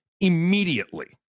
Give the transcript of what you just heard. immediately